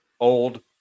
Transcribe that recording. Old